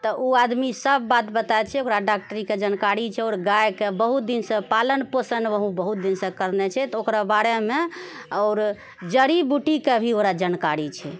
तऽ ओ आदमी सब बात बताए दए छै ओकरा डॉक्टरीके जानकारी छै आओर गायके बहुत दिनसँ पालन पोषण बहुत दिनसँ करने छै तऽ ओकरा बारेमे आओर जड़ी बुटीके भी ओकरा जानकारी छै